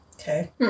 Okay